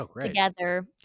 together